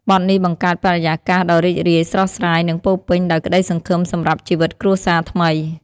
បទនេះបង្កើតបរិយាកាសដ៏រីករាយ ស្រស់ស្រាយ និងពោរពេញដោយក្តីសង្ឃឹមសម្រាប់ជីវិតគ្រួសារថ្មី។